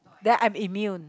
then I am immuned